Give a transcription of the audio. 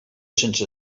sense